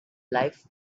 life